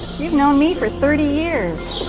you've known me for thirty years.